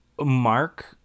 Mark